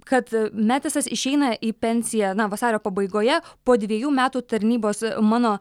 kad metisas išeina į pensiją na vasario pabaigoje po dvejų metų tarnybos mano